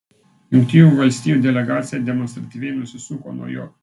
jungtinių valstijų delegacija demonstratyviai nusisuko nuo jo